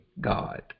God